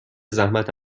زحمت